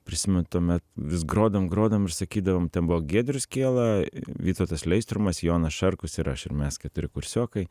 prisimenu tuomet vis grodavom grodavom ir sakydavom ten buvo giedrius kiela vytautas leistrumas jonas šarkus ir aš ir mes keturi kursiokai